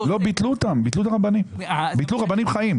בו רטרואקטיבית.